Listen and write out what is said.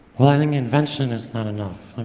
well, i think invention is not enough.